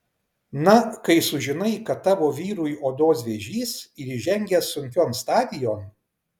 na kai sužinai kad tavo vyrui odos vėžys ir įžengęs sunkion stadijon